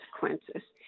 consequences